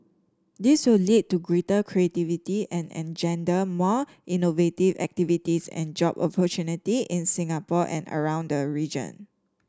this will lead to greater creativity and engender more innovative activities and job opportunity in Singapore and around the region